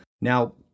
Now